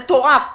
מטורף,